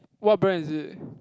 what brand is it